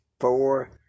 four